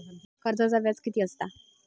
कर्जाचा व्याज कीती असता?